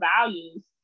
values